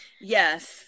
Yes